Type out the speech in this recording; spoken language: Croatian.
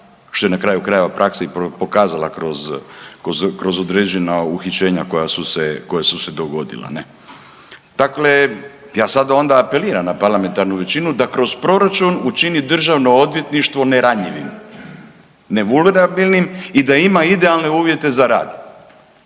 što je na kraju krajeva praksa i pokazala kroz određena uhićenja koja su se dogodila ne. Dakle, ja sada onda apeliram na parlamentarnu većinu da kroz proračun učini državno odvjetništvo neranjivim, nevulnerabilnim i da ima idealne uvjete za rad,